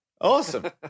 awesome